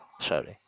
sorry